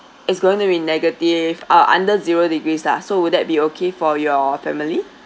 it's going to be negative uh under zero degrees lah so would that be okay for your family